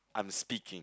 I'm speaking